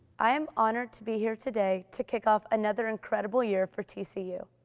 i am honored to be here today to kick off another incredible year for tcu.